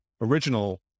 original